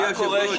וכאן